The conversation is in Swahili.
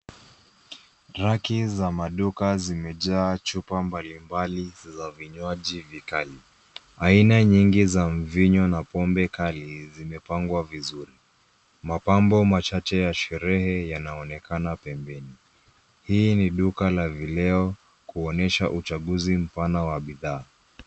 Racki za maduka zimejaa chupa mbalimbali za vinywaji vikali. Aina nyingi za mvinyo na pombe kali zimepangwa vizuri. Mapamb machache ya sherehe yanaonekana pembeni. Hii ni duka la vileo kuonyesha uchaguzi mpana wa bidhaa.